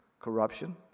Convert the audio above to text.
corruption